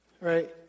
Right